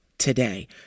Today